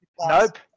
Nope